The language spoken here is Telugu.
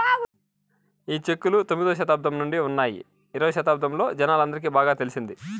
ఈ చెక్కులు తొమ్మిదవ శతాబ్దం నుండే ఉన్నాయి ఇరవై శతాబ్దంలో జనాలందరికి బాగా తెలిసింది